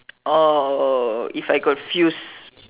orh if I got fuse